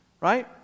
Right